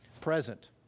present